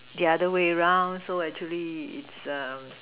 the other way round so actually it's err